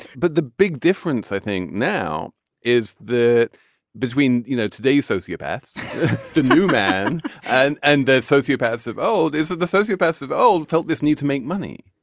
but the big difference i think now is the between you know today's sociopath the new man and and the sociopaths of old is that the sociopath that the old felt this need to make money